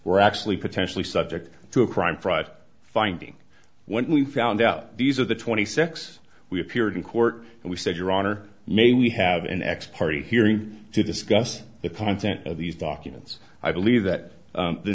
were actually potentially subject to a crime fraud finding when we found out these are the twenty six we appeared in court and we said your honor may we have an x party hearing to discuss it content of these documents i believe that